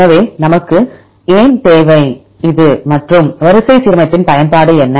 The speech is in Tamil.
எனவே நமக்கு ஏன் தேவை இது மற்றும் வரிசை சீரமைப்பின் பயன்பாடு என்ன